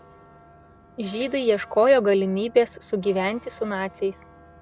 žydai ieškojo galimybės sugyventi su naciais